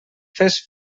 fes